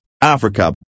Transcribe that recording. Africa